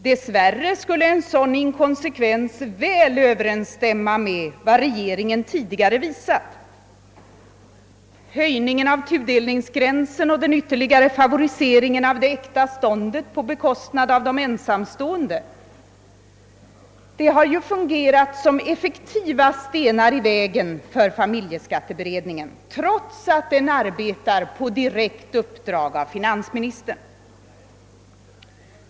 Dess värre skulle en sådan inkonsekvens väl överensstämma med vad regeringen tidigare visat. Höjningen av tudelningsgränsen och den ytterligare favoriseringen av det äkta ståndet på bekostnad av de ensamstående har fungerat som effektiva stenar i vägen för familjeskatteberedningen, trots att den arbetar på direkt uppdrag av finansministern.